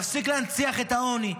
נפסיק להנציח את העוני,